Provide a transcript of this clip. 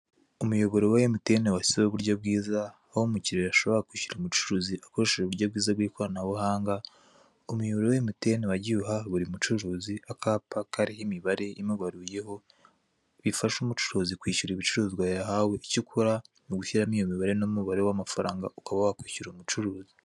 Umuyoboro wa Emutiyeni washyizeho uburyo bwiza, aho umukiriya ashobora kwishyura umucuruzi akoresheje uburyo bwiza bw'ikoranabuhanga, umuyoboro wa Emutiyeni wagiye uha buri mucuruzi akapa kariho imibare imubaruyeho, bifasha umucuruzi kwishyura ibicuruzwa yahawe. Icyo ukora ni ugushyiramo iyo mibare n'umubare w'amafaranga, ukaba wakwishyura umucuruzi.